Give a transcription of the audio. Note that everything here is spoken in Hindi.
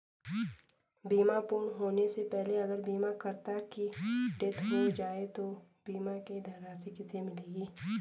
बीमा पूर्ण होने से पहले अगर बीमा करता की डेथ हो जाए तो बीमा की धनराशि किसे मिलेगी?